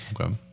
Okay